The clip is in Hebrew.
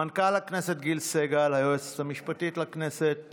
מנכ"ל הכנסת גיל סגל, היועצת המשפטית לכנסת